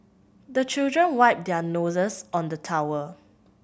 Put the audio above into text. the children wipe their noses on the towel